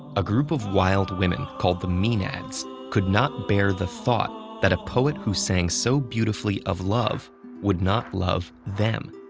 a group of wild women called the maenads could not bear the thought that a poet who sang so beautifully of love would not love them.